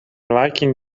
liking